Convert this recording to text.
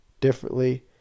differently